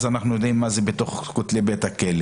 אנחנו יודעים מה קורה בין כותלי בית הכלא